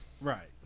Right